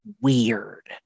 weird